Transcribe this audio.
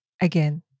again